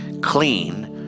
clean